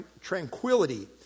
tranquility